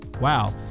Wow